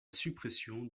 suppression